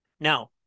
Now